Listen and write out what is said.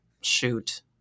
shoot